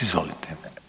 Izvolite.